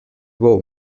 doigts